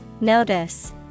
Notice